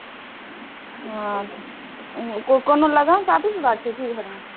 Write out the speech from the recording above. ओ कोनो लगन शादी बिबाह छै की घरमे